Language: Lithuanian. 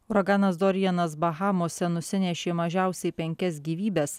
uraganas dorianas bahamose nusinešė mažiausiai penkias gyvybes